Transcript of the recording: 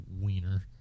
wiener